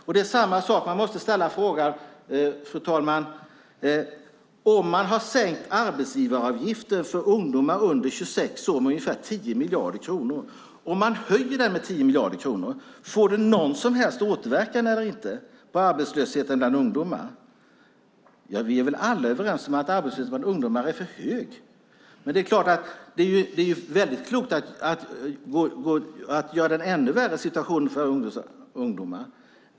Man måste också ställa frågan, fru talman: Om man har sänkt arbetsgivaravgiften för ungdomar under 26 år med ungefär 10 miljarder kronor och sedan höjer den med 10 miljarder kronor, får det några som helst återverkningar på arbetslösheten bland ungdomar? Vi är väl alla överens om att arbetslösheten bland ungdomar är för hög. Men är det klokt att göra situationen för ungdomar ännu värre?